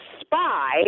spy